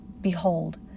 Behold